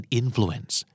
influence